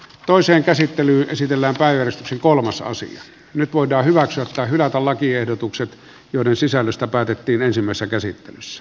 toiseen käsittelyyn esitellä päivystyksen kolmasosa nyt voidaan hyväksyä tai hylätä lakiehdotukset joiden sisällöstä päätettiin ensimmäisen käsittelyssä